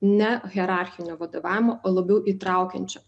nehierarchinio vadovavimo o labiau įtraukiančio